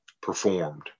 performed